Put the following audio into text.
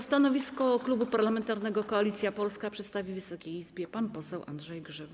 Stanowisko Klubu Parlamentarnego Koalicja Polska przedstawi Wysokiej Izbie pan poseł Andrzej Grzyb.